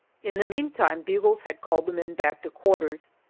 in the meantime, bugles had called the men back to quarters,